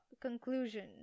conclusion